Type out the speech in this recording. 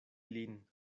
ilin